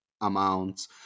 amounts